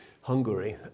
Hungary